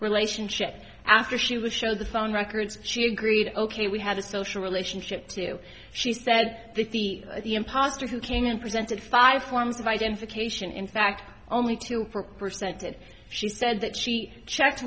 relationship after she would show the phone records she agreed ok we had a social relationship too she said that the imposter who came in presented five forms of identification in fact only two percent did she said that she checked